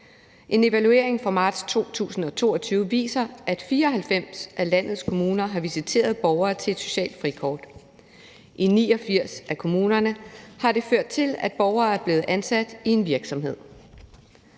En evaluering fra marts 2022 viser, at 94 af landets kommuner har visiteret borgere til et socialt frikort. I 89 af kommunerne har det ført til, at borgere er blevet ansat i en virksomhed.